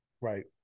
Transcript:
right